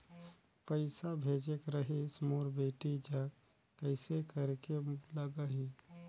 पइसा भेजेक रहिस मोर बेटी जग कइसे करेके लगही?